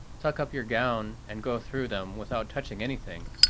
tuck up your gown and go through them without touching anything,